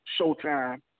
Showtime